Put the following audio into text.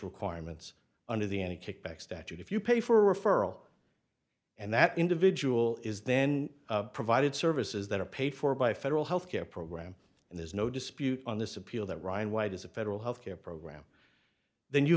requirements under the any kickback statute if you pay for a referral and that individual is then provided services that are paid for by federal health care program and there's no dispute on this appeal that ryan white is a federal health care program then you